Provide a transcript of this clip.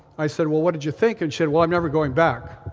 i said, well, what did you think? and she said, well, i'm never going back.